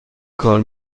کار